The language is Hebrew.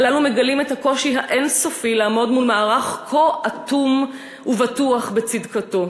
הללו מגלים את הקושי האין-סופי לעמוד מול מערך כה אטום ובטוח בצדקתו.